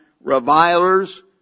revilers